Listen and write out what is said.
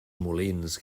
molins